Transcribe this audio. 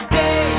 day